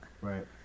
Right